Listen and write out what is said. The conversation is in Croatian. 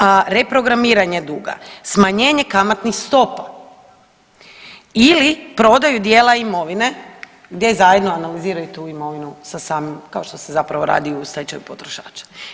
A reprogramiranje duga, smanjenje stopa ili prodaju dijela imovine gdje zajedno analiziraju tu imovinu sa samim, kao što se zapravo radi u stečaju potrošača.